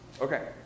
Okay